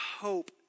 hope